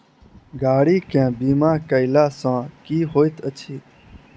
गाड़ी केँ बीमा कैला सँ की होइत अछि?